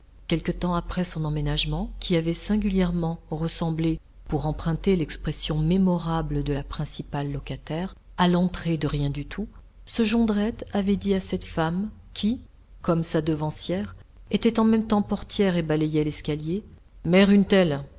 quelque temps après son emménagement qui avait singulièrement ressemblé pour emprunté l'expression mémorable de la principale locataire à l'entrée de rien du tout ce jondrette avait dit à cette femme qui comme sa devancière était en même temps portière et balayait l'escalier mère une telle